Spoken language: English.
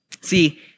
See